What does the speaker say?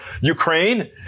Ukraine